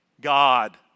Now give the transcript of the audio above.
God